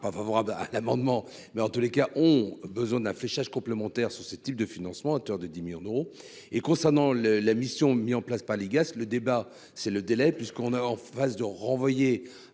pas favorable à l'amendement, mais en tous les cas, ont besoin d'un fléchage complémentaires sur ce type de financement à hauteur de 10 millions d'euros et concernant le la mission mis en place par l'IGAS, le débat, c'est le délai puisqu'on a en face de renvoyer